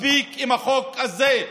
מספיק עם החוק הזה.